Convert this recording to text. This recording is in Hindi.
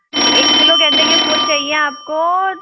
जी एक किलो गेंदे के फूल चाहिए आपको तो